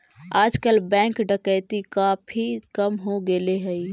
आजकल बैंक डकैती काफी कम हो गेले हई